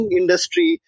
industry